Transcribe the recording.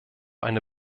eine